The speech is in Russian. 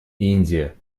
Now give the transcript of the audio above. индия